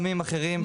חוק שבות.